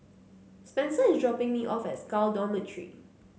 Spencer is dropping me off at SCAL Dormitory